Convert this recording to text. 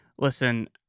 listen